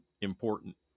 important